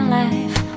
life